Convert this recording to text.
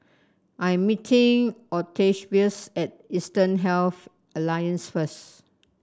I am meeting Octavius at Eastern Health Alliance first